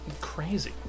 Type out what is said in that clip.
crazy